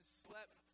slept